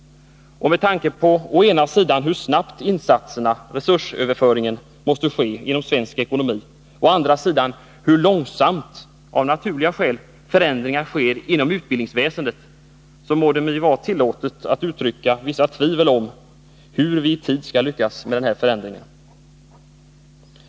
Med tanke på å ena sidan hur snabbt insatserna/resursöverföringen måste ske inom svensk ekonomi och å andra sidan hur långsamt — av naturliga skäl — förändringar sker inom utbildningsväsendet, må det vara mig tillåtet att uttrycka vissa tvivel om hur vi i tid skall lyckas med denna förändring.